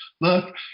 look